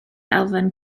elfen